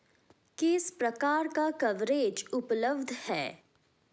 किस प्रकार का कवरेज उपलब्ध है?